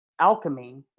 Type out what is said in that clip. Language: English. alchemy